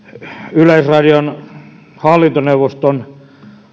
yleisradion hallintoneuvoston